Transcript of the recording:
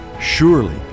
Surely